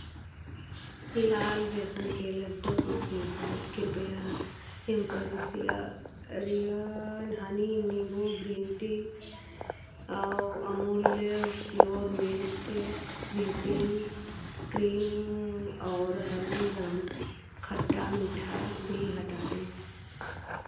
लाल बेसन के लड्डू के साथ कृपया एम्परिसिआ रियान हनी नींबू green tea Amulya pure milk whipping cream और हल्दीराम खट्टा मीठा भी हटा दें